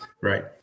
Right